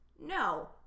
No